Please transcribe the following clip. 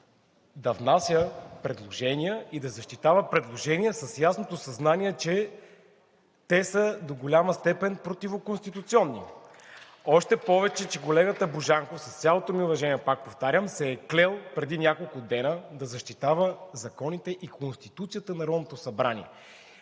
да внася предложения и да защитава предложения с ясното съзнание, че те са до голяма степен противоконституционни. Още повече че колегата Божанков, с цялото ми уважение – пак повтарям, се е клел преди няколко дена да защитава законите и Конституцията на Народното събрание…